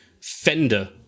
fender